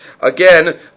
Again